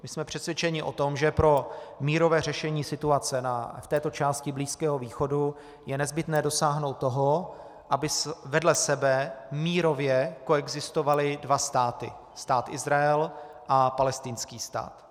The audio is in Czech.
My jsme přesvědčeni o tom, že pro mírové řešení situace v této části Blízkého východu je nezbytné dosáhnout toho, aby vedle sebe mírově koexistovaly dva státy: Stát Izrael a palestinský stát.